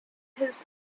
his